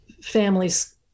families